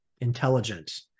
intelligent